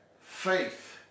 faith